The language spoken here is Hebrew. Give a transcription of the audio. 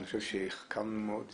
אני חושב שהחכמנו מאוד,